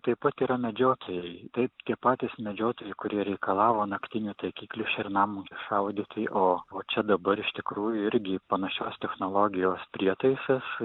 taip pat yra medžiotojai taip tie patys medžiotojai kurie reikalavo naktinių taikiklių šernam šaudyti o čia dabar iš tikrųjų irgi panašios technologijos prietaisas